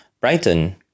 Brighton